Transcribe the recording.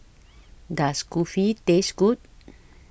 Does Kulfi Taste Good